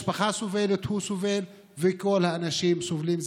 המשפחה סובלת, הוא סובל וכל האנשים סובלים.